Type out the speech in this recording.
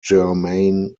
germain